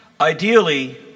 Ideally